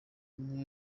umwe